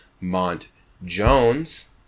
Mont-Jones